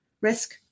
risk